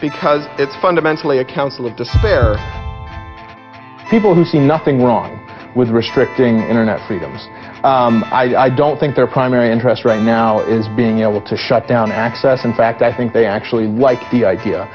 because it's fundamentally a counsel of despair people who see nothing wrong with restricting internet freedoms i don't think their primary interest right now is being able to shut down access in fact i think they actually like the idea